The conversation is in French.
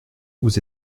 vous